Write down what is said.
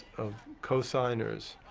of cosigners,